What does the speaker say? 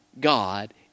God